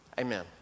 Amen